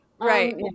Right